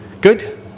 good